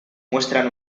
muestran